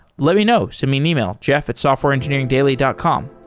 let me know. send me an email, jeff at softwareengineeringdaily dot com